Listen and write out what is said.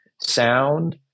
sound